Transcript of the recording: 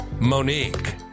Monique